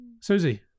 Susie